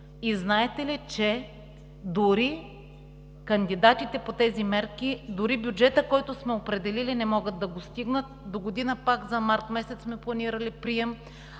И знаете ли, че дори кандидатите по тези мерки, дори бюджетът, който сме определили, не могат да го стигнат? Догодина през месец март пак сме планирали прием,